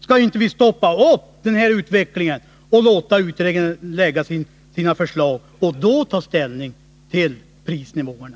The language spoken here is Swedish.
Skall vi inte stoppa upp utvecklingen och låta utredningen framlägga sina förslag och då ta ställning till prisnivåerna?